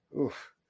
Oof